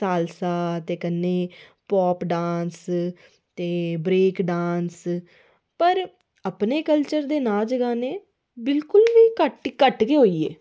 salsa ते कन्नै pop dance break dance पर अपने कल्चर दे नाच गाने बिलकुल गै घट्ट होई गे